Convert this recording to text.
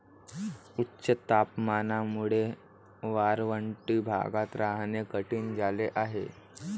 उच्च तापमानामुळे वाळवंटी भागात राहणे कठीण झाले आहे